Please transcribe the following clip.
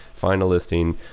find a listing,